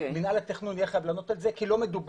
מינהל התכנון יהיה חייב לענות על זה כי לא מדובר,